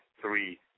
three